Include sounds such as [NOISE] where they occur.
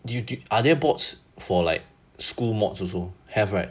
[NOISE] are there bots for like school mods also have right